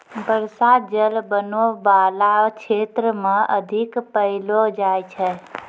बर्षा जल बनो बाला क्षेत्र म अधिक पैलो जाय छै